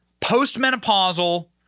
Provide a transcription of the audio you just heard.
postmenopausal